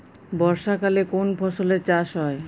বর্ষাকালে কোন ফসলের চাষ হয়?